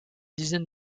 dizaine